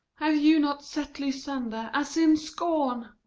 have you not set lysander, as in scorn,